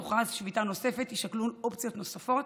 אם תוכרז שביתה נוספת, יישקלו אופציות נוספות,